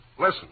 Listen